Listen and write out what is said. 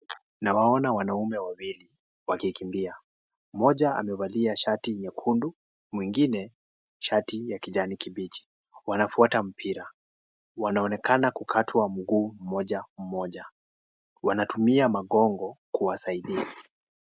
Nawaona wanaume wawili wakikimbia, mmoja amevalia shati nyekundu, mwingine shati ya kijani kibichi. Wanafuata mpira, wanaonekana kukatwa mguu mmoja mmoja. Wanatumia magongo kuwasaidia.